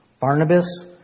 Barnabas